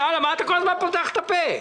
למה אתה כל הזמן פותח את הפה?